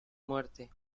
muerte